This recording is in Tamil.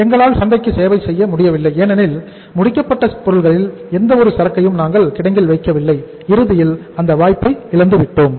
எங்களால் சந்தைக்கு சேவை செய்ய முடியவில்லை ஏனெனில் முடிக்கப்பட்ட பொருள்களில் எந்த ஒரு சரக்கையும் நாங்கள் கிடங்கில் வைக்கவில்லை இறுதியில் அந்த வாய்ப்பை இழந்து விட்டோம்